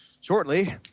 Shortly